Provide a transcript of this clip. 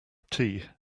tea